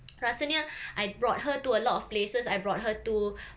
rasanya I brought her to a lot of places I brought her to